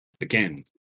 again